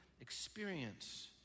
experience